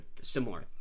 similar